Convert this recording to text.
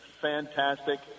fantastic